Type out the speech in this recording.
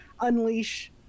unleash